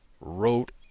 wrote